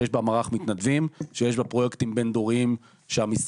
שיש בה מערך מתנדבים ושיש בה פרויקטים